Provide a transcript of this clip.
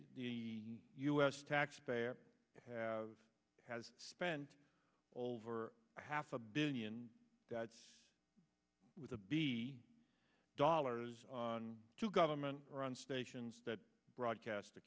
the us taxpayer have has spent over half a billion that's with a b dollars on two government run stations that broadcast t